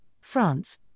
France